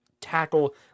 tackle